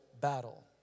battle